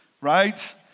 right